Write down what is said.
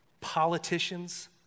politicians